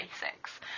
basics